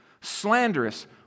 slanderous